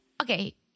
okay